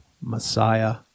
Messiah